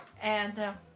and,